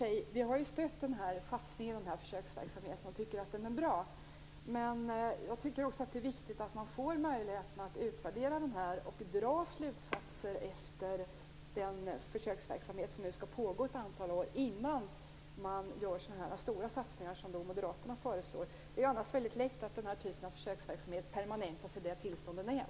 Vi har stöttat den här försöksverksamheten och tycker att den är bra. Men det är också viktigt att man får möjlighet att utvärdera den och dra slutsatser av verksamheten som nu skall pågå ett antal år, innan man gör så stora satsningar som Moderaterna föreslår. Det är annars väldigt lätt att den här typen av försöksverksamhet permanentas i det tillstånd den är.